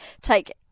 take